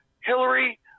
Hillary